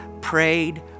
prayed